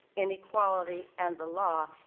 inequality, and the law,